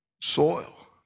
soil